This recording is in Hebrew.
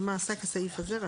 במה עסק הסעיף הזה?